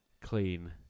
clean